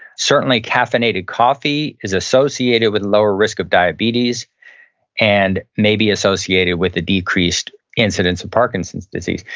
certainly, caffeinated coffee is associated with a lower risk of diabetes and may be associated with a decreased incidence of parkinson's disease.